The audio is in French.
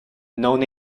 non